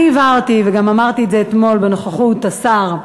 אני הבהרתי וגם אמרתי את זה אתמול, בנוכחות השר,